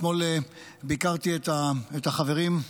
אתמול ביקרתי את החברים,